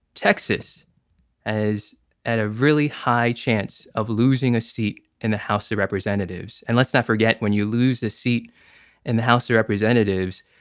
texas is at a really high chance of losing a seat in the house of representatives. and let's not forget, when you lose a seat in the house of representatives,